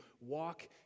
walk